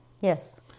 Yes